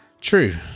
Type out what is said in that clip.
true